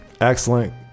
Excellent